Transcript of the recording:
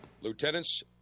Lieutenants